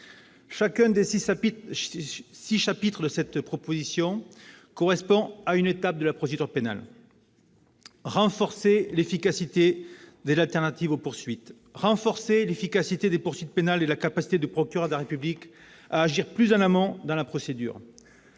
Chacun des six chapitres de la proposition de loi correspond à une étape de la procédure pénale : renforcer l'effectivité des alternatives aux poursuites ; renforcer l'efficacité des poursuites pénales et la capacité du procureur de la République à agir plus en amont dans la procédure